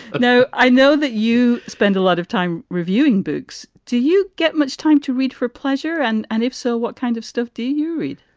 know. i know that you spend a lot of time reviewing books. do you get much time to read for pleasure? and and if so, what kind of stuff do you read?